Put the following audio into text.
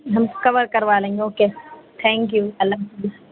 ہم کور کروا لیں گے اوکے تھینک یو اللہ حافظ